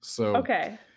Okay